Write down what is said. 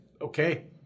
okay